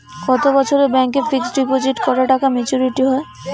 কত বছরে ব্যাংক এ ফিক্সড ডিপোজিট করা টাকা মেচুউরিটি হয়?